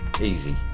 Easy